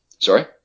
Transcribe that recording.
Sorry